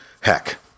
Heck